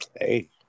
Hey